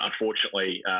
unfortunately